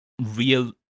real